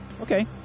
okay